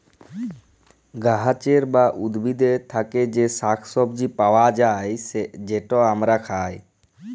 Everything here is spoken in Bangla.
গাহাচের বা উদ্ভিদের থ্যাকে যে শাক সবজি পাউয়া যায়, যেট আমরা খায়